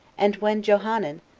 and when johanan,